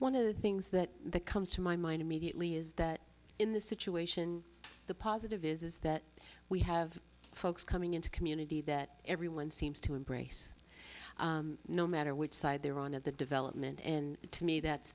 one of the things that comes to my mind immediately is that in this situation the positive is that we have folks coming into community that everyone seems to embrace no matter which side they're on at the development and to me that's